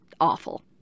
awful